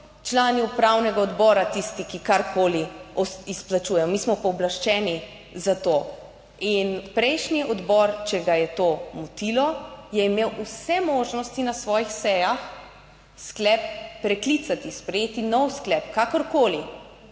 člani upravnega odbora, tisti, ki karkoli izplačujejo, mi smo pooblaščeni za to. In prejšnji odbor, če ga je to motilo, je imel vse možnosti na svojih sejah sklep preklicati, sprejeti nov sklep, kakorkoli,